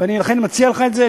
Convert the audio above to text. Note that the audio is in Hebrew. ואני אכן מציע לך את זה,